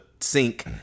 sink